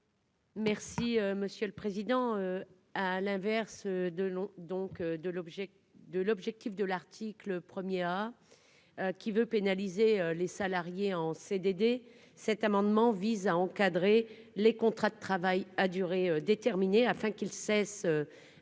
Merci monsieur le président, à l'inverse de l'eau, donc de l'objet de l'objectif de l'article 1er à qui veut pénaliser les salariés en CDD, cet amendement vise à encadrer les contrats de travail à durée déterminée afin qu'il cesse